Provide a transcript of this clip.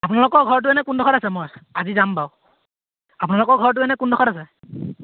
আপোনালোকৰ ঘৰটো এনে কোনডোখৰত আছে মই আজি যাম বাৰু আপোনালোকৰ ঘৰটো এনে কোনডোখৰত আছে